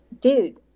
dude